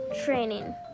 training